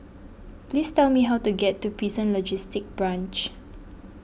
please tell me how to get to Prison Logistic Branch